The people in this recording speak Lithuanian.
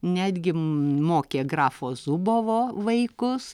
netgi mokė grafo zubovo vaikus